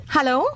Hello